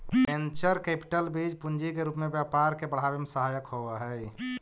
venture capital बीज पूंजी के रूप में व्यापार के बढ़ावे में सहायक होवऽ हई